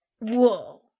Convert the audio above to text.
Whoa